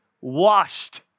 washed